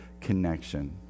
connection